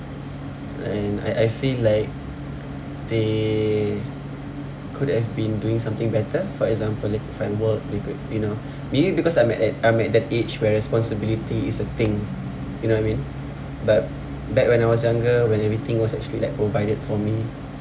and I I feel like they could have been doing something better for example if I work you could you know maybe because I'm at I'm at that age where responsibility is a thing you know what I mean but back when I was younger when everything was actually like provided for me